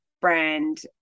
brand